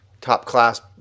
top-class